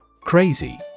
Crazy